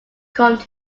combed